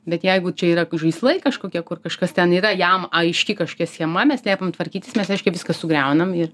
bet jeigu čia yra žaislai kažkokie kur kažkas ten yra jam aiški kažkokia schema mes liepiam tvarkytis mes aiškiai viską sugriaunam ir